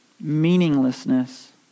meaninglessness